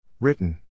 Written